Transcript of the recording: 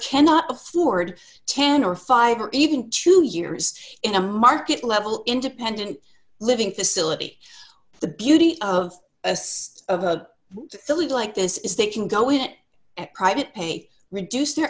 cannot afford ten or five or even two years in a market level independent living facility the beauty of a silly like this is they can go in at private pay reduce their